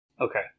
Okay